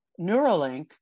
Neuralink